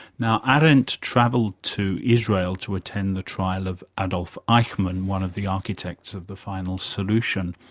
now, arendt travelled to israel to attend the trial of adolf eichmann, one of the architects of the final solution.